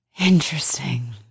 Interesting